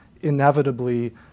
inevitably